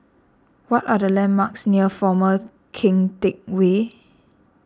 what are the landmarks near former Keng Teck Whay